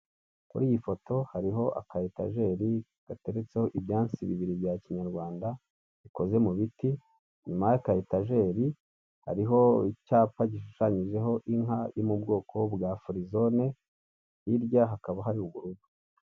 Kuri iyi foto hariho aka etajeri gateretseho ibyansi bibiri bya kinyarwanda bikoze mu biti, inyuma y'aka etajeri, hariho icyapa gishushanyijeho inka yo mu bwoko bwa Firizine, hirya hakaba hari ubururu.